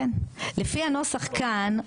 לפי הנוסח כאן,